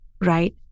right